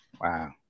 wow